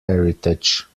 heritage